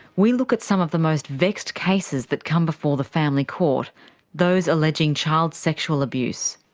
we look at some of the most vexed cases that come before the family court those alleging child sexual abuse.